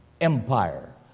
empire